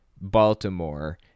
Baltimore